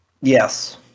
Yes